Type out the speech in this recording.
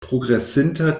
progresinta